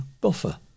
buffer